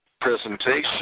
presentation